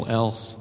else